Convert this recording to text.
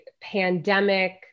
pandemic